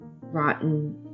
rotten